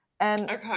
Okay